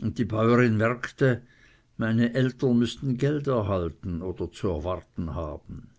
und die bäuerin merkte meine eltern müßten geld erhalten oder zu erwarten haben